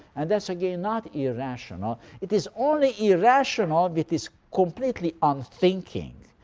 and that's again not irrational. it is only irrational if it is completely unthinking.